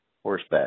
Horseback